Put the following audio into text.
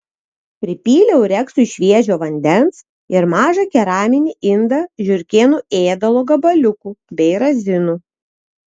pripyliau reksui šviežio vandens ir mažą keraminį indą žiurkėnų ėdalo gabaliukų bei razinų